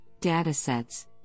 datasets